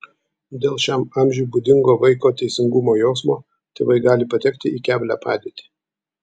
dėl šiam amžiui būdingo vaiko teisingumo jausmo tėvai gali patekti į keblią padėtį